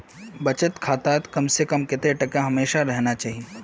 बचत खातात कम से कम कतेक टका हमेशा रहना चही?